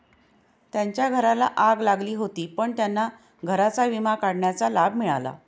त्यांच्या घराला आग लागली होती पण त्यांना घराचा विमा काढण्याचा लाभ मिळाला